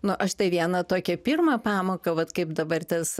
nu aš tai vieną tokią pirmą pamoką vat kaip dabar tas